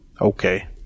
Okay